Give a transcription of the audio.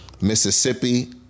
Mississippi